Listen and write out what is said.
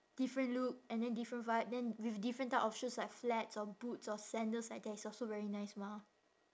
different look and then different vibe then with different type of shoes like flats or boots or sandals like that is also very nice mah